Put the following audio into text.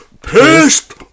pissed